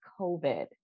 COVID